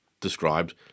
described